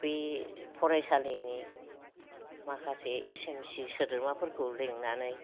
बे फरायसालिनि माखासे एस एम सि सोद्रोमाफोरखौ लानानै